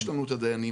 יש לנו את הדיינים.